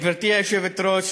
גברתי היושבת-ראש,